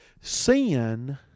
Sin